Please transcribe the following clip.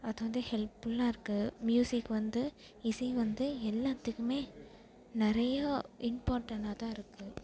அது வந்து ஹெல்ப்ஃபுல்லாக இருக்கு ம்யூசிக் வந்து இசை வந்து எல்லாத்துக்குமே நிறையா இம்பார்ட்டனாக தான் இருக்கு